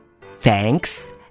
Thanks